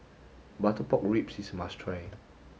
butter pork ribs is must try